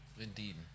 Indeed